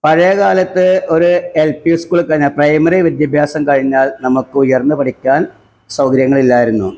പഴയ കാലത്ത് ഒരു എല് പി സ്കൂള് കഴിഞ്ഞാൽ പ്രൈമറി വിദ്യാഭ്യാസം കഴിഞ്ഞാല് നമുക്ക് ഉയര്ന്നു പഠിക്കാന് സൗകര്യങ്ങളില്ലായിരുന്നു